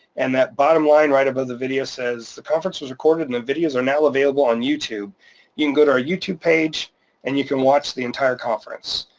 and that bottom line right above the video says, the conference was recorded and the videos are now available on youtube you can go to our youtube page and you can watch the entire conference.